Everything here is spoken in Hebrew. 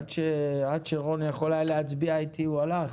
עד שרון יכול היה להצביע איתי, הוא הלך?